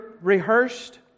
rehearsed